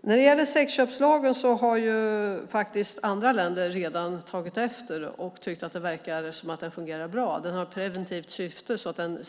När det gäller sexköpslagen har andra länder redan tagit efter och tyckt att den verkar fungera bra. Den har ett preventivt syfte och